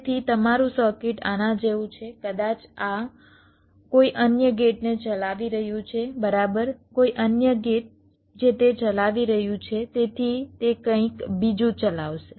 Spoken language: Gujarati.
તેથી તમારું સર્કિટ આના જેવું છે કદાચ આ કોઈ અન્ય ગેટને ચલાવી રહ્યું છે બરાબર કોઈ અન્ય ગેટ જે તે ચલાવી રહ્યું છે તેથી તે કંઈક બીજું ચલાવશે